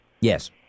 Yes